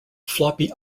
floppy